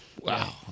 Wow